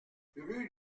rue